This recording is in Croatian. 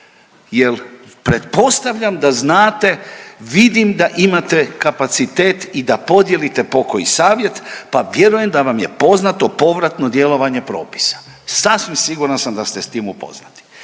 jer pretpostavljam da znate, vidim da imate kapacitet i da podijelite pokoji savjet pa vjerujem da vam je poznato povratno djelovanje propisa. Sasvim siguran sam da ste s tim upoznati.